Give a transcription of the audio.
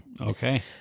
Okay